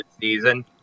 season